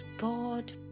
god